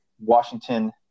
Washington